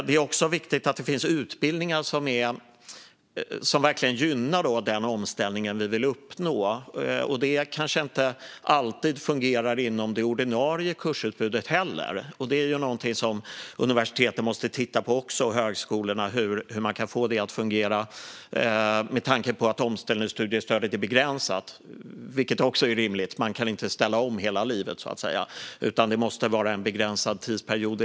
Det är också viktigt att det finns utbildningar som verkligen gynnar den omställning vi vill uppnå. Det kanske inte heller alltid fungerar inom det ordinarie kursutbudet, och det är någonting som universitet och högskolor måste titta på. Hur kan man få det att fungera med tanke på att omställningsstudiestödet är begränsat? Det är rimligt. Man kan inte ställa om hela livet, utan det måste handla om en begränsad tidsperiod.